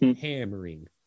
hammering